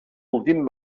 últim